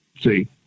See